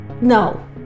no